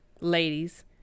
ladies